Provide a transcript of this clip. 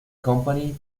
company